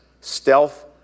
stealth